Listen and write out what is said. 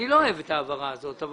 אני לא אוהב את ההעברה הזאת,